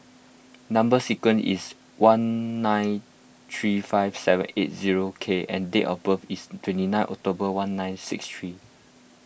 Number Sequence is one nine three five seven eight zero K and date of birth is twenty nine October one nine six three